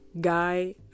guy